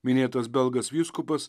minėtas belgas vyskupas